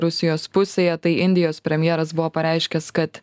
rusijos pusėje tai indijos premjeras buvo pareiškęs kad